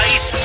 Ice